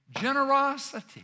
generosity